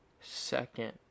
second